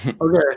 Okay